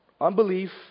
unbelief